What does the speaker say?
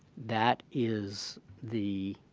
that is the